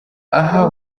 aha